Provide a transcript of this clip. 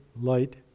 Light